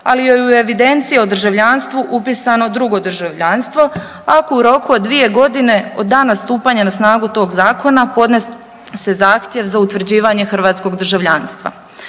joj je u evidenciji o državljanstvu upisano drugo državljanstvo ako u roku od 2.g. od dana stupanja na snagu tog zakona podnese zahtjev za utvrđivanje hrvatskog državljanstva.